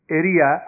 area